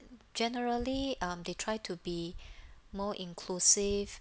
generally um they try to be more inclusive